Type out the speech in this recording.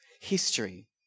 history